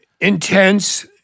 Intense